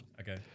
Okay